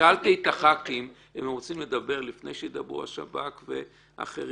ושאלתי את הח"כים אם הם רוצים לדבר לפני שידברו השב"כ ואחרים.